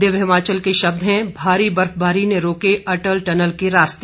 दिव्य हिमाचल के शब्द हैं भारी बर्फबारी ने रोके अटल टनल के रास्ते